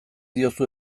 diozu